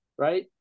right